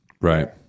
Right